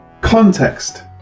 context